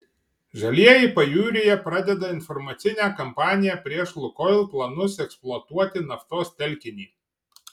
žalieji pajūryje pradeda informacinę kampaniją prieš lukoil planus eksploatuoti naftos telkinį